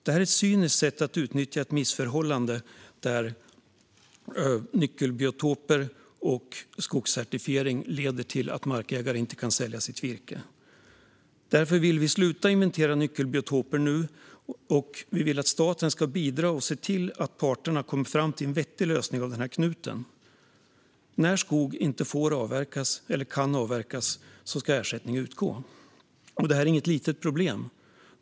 Det är ett cyniskt sätt att utnyttja ett missförhållande, där nyckelbiotoper och skogscertifiering leder till att markägare inte kan sälja sitt virke. Därför vill vi nu sluta inventera nyckelbiotoper. Vi vill att staten ska bidra till att parterna kommer fram till en vettig lösning av den här knuten. När skog inte får eller kan avverkas ska ersättning utgå. Detta är inget litet problem.